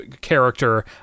character